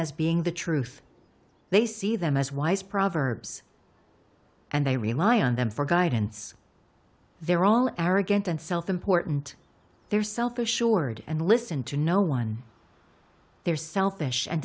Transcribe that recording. as being the truth they see them as wise proverbs and they rely on them for guidance they're all arrogant and self important they're self assured and listen to no one they're selfish and